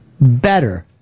better